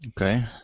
Okay